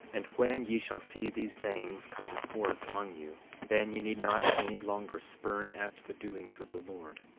and when ye shall see these sayings coming forth among you, then ye need not any longer spurn at the doings of the lord,